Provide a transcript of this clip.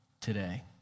Today